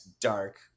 dark